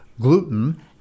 gluten